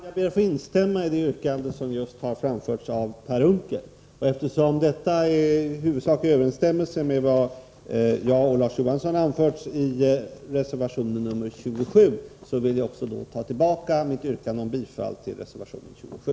Herr talman! Jag ber att få instämma i det yrkande som just framställts av Per Unckel. Eftersom detta i huvudsak är i överensstämmelse med vad jag och Larz Johansson anfört i reservation nr 27, vill jag också ta tillbaka mitt yrkande om bifall till denna reservation.